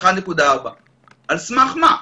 1.4. על סמך מה?